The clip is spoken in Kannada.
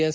ಎಸ್